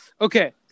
okay